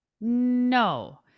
No